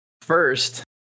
first